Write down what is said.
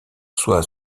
soit